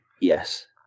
yes